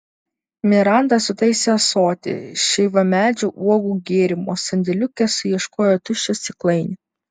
miranda sutaisė ąsotį šeivamedžių uogų gėrimo sandėliuke suieškojo tuščią stiklainį